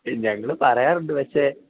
ഞങ്ങള് പറയാറുണ്ട് പക്ഷേ